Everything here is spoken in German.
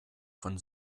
von